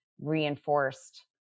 reinforced